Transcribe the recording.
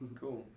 Cool